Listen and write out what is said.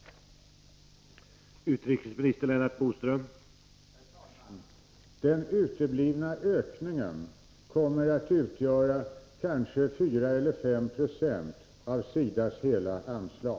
na av utvecklingen i Grenada